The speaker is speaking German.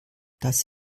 das